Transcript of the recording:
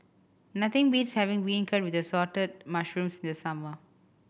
nothing beats having beancurd with Assorted Mushrooms in the summer